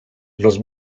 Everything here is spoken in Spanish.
los